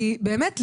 כי באמת,